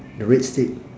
the red steak